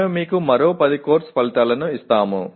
మేము మీకు మరో 10 కోర్సు ఫలితాలను ఇస్తాము